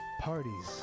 Parties